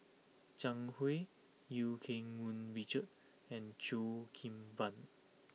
Zhang Hui Eu Keng Mun Richard and Cheo Kim Ban